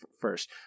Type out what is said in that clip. first